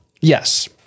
Yes